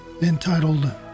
entitled